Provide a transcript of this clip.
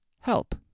help